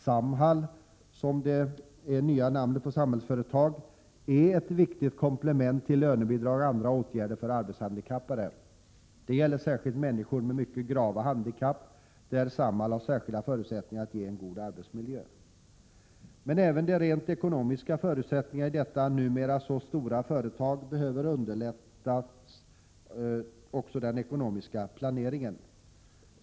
Samhall, som är det nya namnet på Samhällsföretag, är ett viktigt komplement till lönebidrag och andra åtgärder för arbetshandikappade. Det gäller särskilt människor med mycket grava handikapp, för vilka Samhall har särskilda förutsättningar att ge en god arbetsmiljö. Men även de rent ekonomiska förutsättningarna i detta numera så stora företag behöver förstärkas, så att den ekonomiska planeringen kan förbättras.